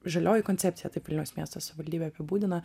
žalioji koncepcija taip vilniaus miesto savivaldybė apibūdina